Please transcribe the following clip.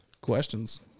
questions